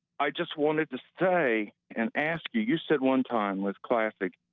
i just wanted to stay and ask you you said one time let's classic.